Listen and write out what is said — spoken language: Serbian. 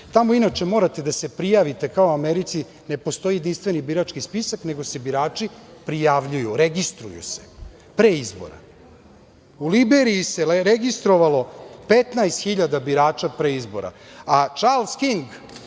tamo inače, morate da se prijavite kao u Americi, ne postoji jedinstveni birački spisak, nego se birači prijavljuju, registruju se pre izbora. U Liberiji se registrovalo 15 hiljada birača pre izbora, a Čarls King